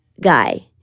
guy